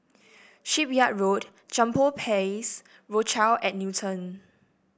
Shipyard Road Jambol Place Rochelle at Newton